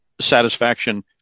satisfaction